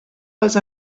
les